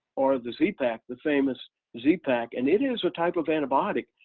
or the z-pak, the famous z-pak. and it is a type of antibiotic,